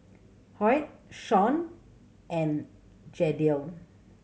Hoyt Shawn and Jadiel